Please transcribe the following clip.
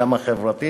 גם החברתית,